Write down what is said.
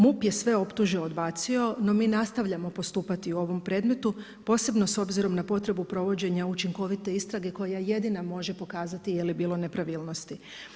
MUP je sve optužbe odbacio, no mi nastavljamo postupati o ovom predmetu, posebno s obzirom na potrebu provođenja učinkovite istrage koja jedina može pokazati je li bilo nepravilnosti.